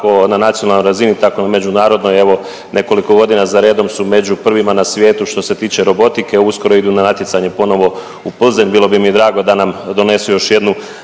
kako na nacionalnoj razini tako i na međunarodnoj, evo nekoliko godina zaredom su među prvima na svijetu što se tiče robotike, uskoro idu na natjecanje ponovo u Poznanj. Bilo bi mi drago da nam donesu još jednu